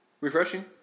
refreshing